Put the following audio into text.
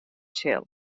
sil